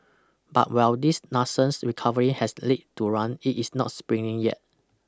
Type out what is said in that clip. but while this nascent recovery has leg to run it is not sprinting yet